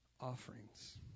offerings